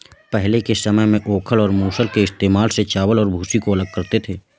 पहले के समय में ओखल और मूसल के इस्तेमाल से चावल और भूसी को अलग करते थे